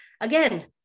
again